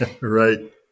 Right